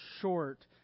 short